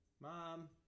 mom